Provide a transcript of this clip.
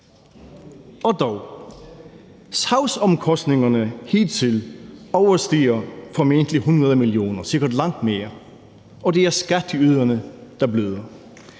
Og dog: Sagsomkostningerne hidtil overstiger formentlig 100 mio. kr., sikkert langt mere, og det er skatteyderne, der bløder.